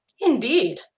Indeed